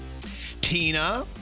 Tina